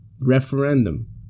referendum